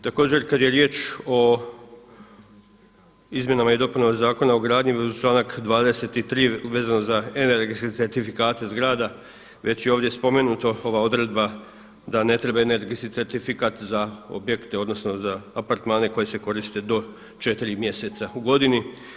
Također kada je riječ o izmjenama i dopunama Zakona o gradnji članak 23. vezano za energetske certifikate zgrada već je i ovdje spomenuto ova odredba da ne treba energetski certifikat za objekte, odnosno za apartmane koji se koriste do 4 mjeseca u godini.